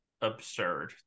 absurd